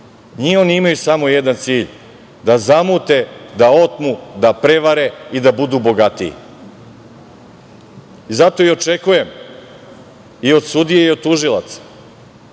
Oni imaju samo jedan cilj da zamute, da otmu, da prevare i da budu bogatiji. Zato i očekujem i od sudije i od tužilaca